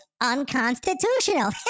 unconstitutional